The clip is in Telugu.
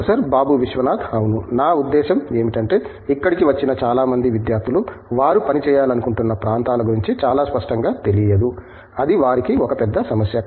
ప్రొఫెసర్ బాబు విశ్వనాథ్ అవును నా ఉద్దేశ్యం ఏమిటంటే ఇక్కడికి వచ్చిన చాలా మంది విద్యార్థులు వారు పని చేయాలనుకుంటున్న ప్రాంతాల గురించి చాలా స్పష్టంగా తెలియదు అది వారికి ఒక పెద్ద సమస్య